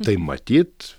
tai matyt